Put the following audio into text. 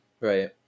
Right